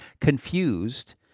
confused